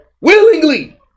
Willingly